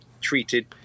treated